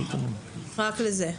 רק לזה.